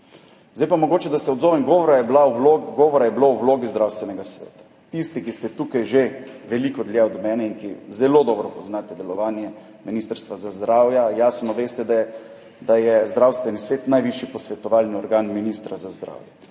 Zdaj pa mogoče, da se odzovem, govora je bilo o vlogi Zdravstvenega sveta. Tisti, ki ste tukaj že veliko dlje od mene in ki zelo dobro poznate delovanje Ministrstva za zdravje, jasno veste, da je Zdravstveni svet najvišji posvetovalni organ ministra za zdravje.